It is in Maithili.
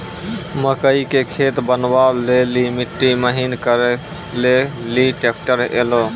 मकई के खेत बनवा ले ली मिट्टी महीन करे ले ली ट्रैक्टर ऐलो?